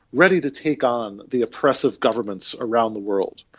ready to take on the oppressive governments around the world.